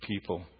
people